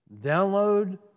download